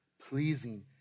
pleasing